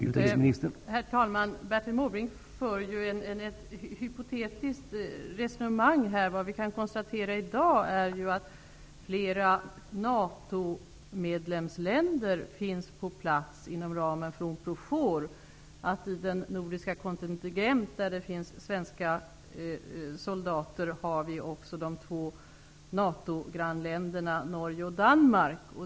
Herr talman! Bertil Måbrink för ett hypotetiskt resonemang här. Vad vi kan konstatera är att flera NATO-medlemsländer finns på plats inom ramen för Unprofor. I den nordiska kontingenten, där det finns svenska soldater, ingår också trupper från de två NATO-grannländerna Norge och Danmark.